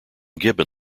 gibbon